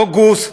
אוגוסט,